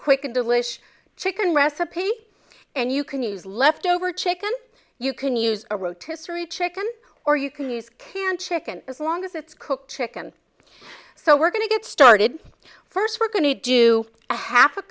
quick and delish chicken recipe and you can use leftover chicken you can use a rotary chicken or you can use canned chicken as long as it's cooked chicken so we're going to get started first we're going to do a half a